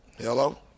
Hello